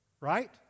right